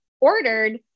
ordered